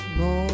no